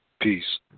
Peace